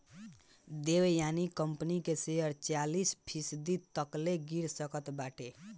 Devyani company के share चालीस फीसदी तकले गिर सकत बाटे